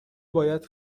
باید